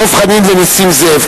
דב חנין ונסים זאב.